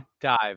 Dive